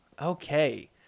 Okay